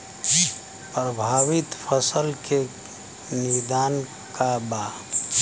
प्रभावित फसल के निदान का बा?